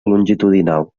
longitudinal